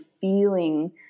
feeling